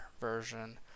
version